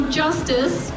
justice